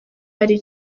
ari